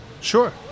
Sure